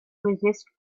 resist